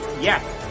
yes